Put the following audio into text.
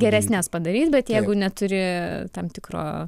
geresnes padarys bet jeigu neturi tam tikro